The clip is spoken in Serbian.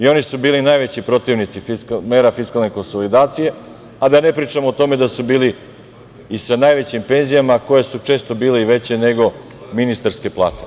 Oni su bili najveći protivnici mera fiskalne konsolidacije, a da ne pričam o tome da su bili i sa najvećim penzijama, koje su često bile i veće nego ministarske plate.